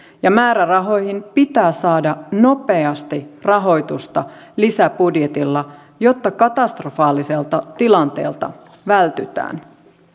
ja määrärahoihin pitää saada nopeasti rahoitusta lisäbudjetilla jotta katastrofaaliselta tilanteelta vältytään